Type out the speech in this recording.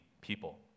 people